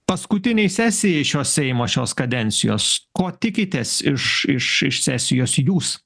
paskutinei sesijai šio seimo šios kadencijos ko tikitės iš iš iš sesijos jūs